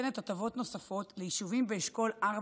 שנותנת הטבות נוספות ליישובים באשכול 4